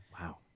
Wow